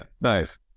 Nice